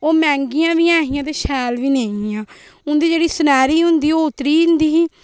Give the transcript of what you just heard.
ओह् मेह्गियां बी ऐ हियां ते शैल बी नेहा उंदी जेह्ड़ी सनैरी ही ओह् उतरी जंदी ही ते ओह्